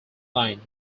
line